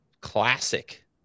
classic